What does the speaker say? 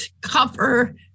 cover